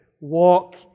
Walk